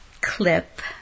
clip